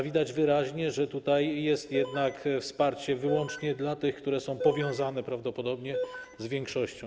Widać wyraźnie, że jest tutaj jednak wsparcie wyłącznie dla tych, którzy są powiązani prawdopodobnie z większością.